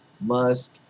musk